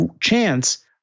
chance